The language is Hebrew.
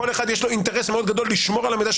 לכל אחד יש אינטרס מאוד גדול לשמור על המידע,